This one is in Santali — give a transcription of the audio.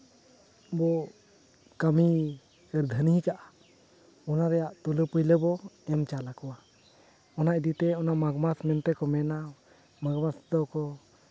ᱵᱚ ᱠᱟᱹᱢᱤᱼᱠᱟᱹᱨᱫᱷᱟᱹᱱᱤᱭᱟᱠᱟᱜᱼᱟ ᱚᱱᱟ ᱨᱮᱭᱟᱜ ᱛᱩᱞᱟᱹᱼᱯᱟᱹᱭᱞᱟᱹ ᱵᱚ ᱮᱢ ᱪᱟᱞᱟᱠᱚᱣᱟ ᱚᱱᱟ ᱤᱫᱤ ᱛᱮ ᱚᱱᱟ ᱢᱟᱜᱽ ᱢᱟᱥ ᱞᱮᱱ ᱠᱷᱟᱱ ᱠᱚ ᱢᱮᱱᱟ